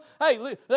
Hey